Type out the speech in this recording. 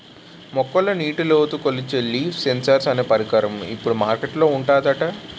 మొక్కల్లో నీటిలోటు కొలిచే లీఫ్ సెన్సార్ అనే పరికరం ఇప్పుడు మార్కెట్ లో ఉందట